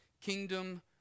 kingdom